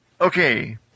Okay